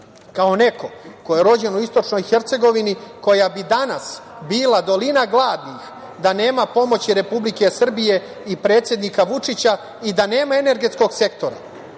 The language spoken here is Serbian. neko ko je rođen u istočnoj Hercegovini, koja bi danas bila dolina gladnih da nema pomoći Republike Srbije i predsednika Vučića i da nema energetskog sektora,